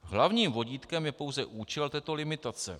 Hlavním vodítkem je pouze účel této limitace.